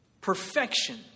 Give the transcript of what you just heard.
Perfection